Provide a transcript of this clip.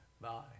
Bye